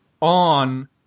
on